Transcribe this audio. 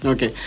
Okay